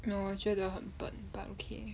no 我觉得很笨 but okay